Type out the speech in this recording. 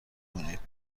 کنید